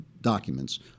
documents